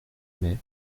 mais